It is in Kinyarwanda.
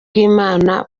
bw’imana